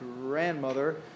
grandmother